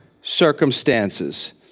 circumstances